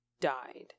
died